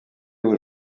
aux